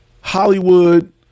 Hollywood